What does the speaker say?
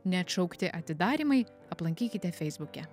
neatšaukti atidarymai aplankykite feisbuke